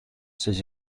sis